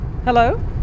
Hello